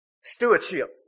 Stewardship